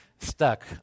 stuck